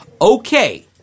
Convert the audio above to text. Okay